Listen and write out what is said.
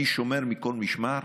אני שומר מכל משמר,